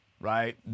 right